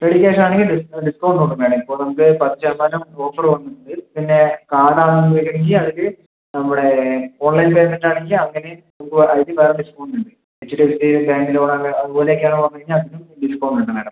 ready cash ആണെങ്കിൽ discount ഉണ്ട് madam ഇപ്പോൾ നമുക്ക് പത്ത് ശതമാനം ഓഫർ വന്നിട്ടുണ്ട് പിന്നെ കാർഡ് ആണ് തരണങ്കിൽ അതിൽ നമ്മുടെ ഓൺലൈൻ പേയ്മെൻറ്റ് ആണെങ്കിൽ അങ്ങനെ നോക്കുവാണെങ്കിൽ വേറെ ഡിസ്കൗണ്ട് ഉണ്ട് H D F C bank loan അങ്ങനെ അതുപോലെ ഒക്കെ ആണ് പറഞ്ഞാൽ അതിനും ഡിസ്കൗണ്ട് ഉണ്ട് മാഡം